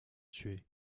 tués